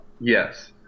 Yes